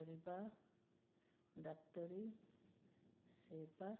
କରିବା ଡ଼ାକ୍ତରୀ ସେବା